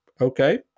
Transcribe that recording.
okay